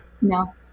No